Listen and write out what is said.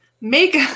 Make